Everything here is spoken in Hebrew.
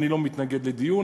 אני לא מתנגד לדיון,